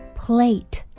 plate